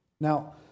Now